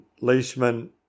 Leishman